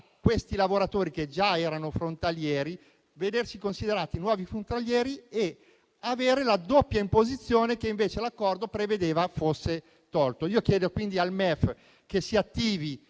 questi lavoratori, che già erano frontalieri, a vedersi considerati nuovi frontalieri e avere la doppia imposizione, che invece l'accordo prevedeva fosse tolta. Io chiedo quindi al MEF che si attivi